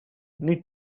need